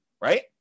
right